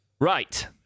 Right